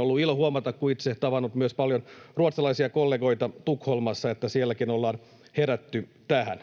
ollut ilo huomata, kun itse olen tavannut paljon ruotsalaisia kollegoita Tukholmassa, että sielläkin ollaan herätty tähän.